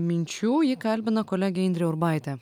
minčių jį kalbina kolegė indrė urbaitė